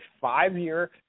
five-year